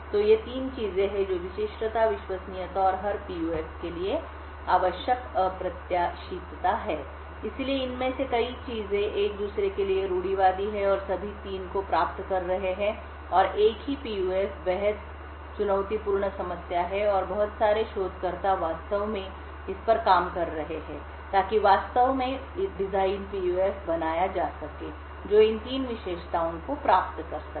तो ये 3 चीजें हैं जो विशिष्टता विश्वसनीयता और हर PUF के लिए आवश्यक अप्रत्याशितता हैं इसलिए इनमें से कई चीजें एक दूसरे के लिए रूढ़िवादी हैं और सभी 3 को प्राप्त कर रहे हैं और एक ही PUF बेहद चुनौतीपूर्ण समस्या है और बहुत सारे शोधकर्ता वास्तव में इस पर काम कर रहे हैं ताकि वास्तव में डिज़ाइन PUF बनाए जा सकें जो इन 3 विशेषताओं को प्राप्त कर सके